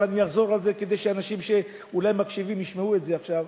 אבל אני אחזור על זה כדי שאנשים שאולי מקשיבים ישמעו את זה עכשיו.